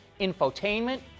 infotainment